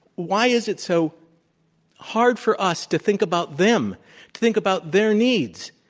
why is it so hard for us to think about them, to think about their needs?